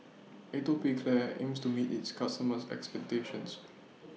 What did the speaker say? Atopiclair aims to meet its customers' expectations